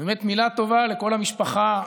ובאמת, מילה טובה לכל המשפחה.